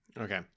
Okay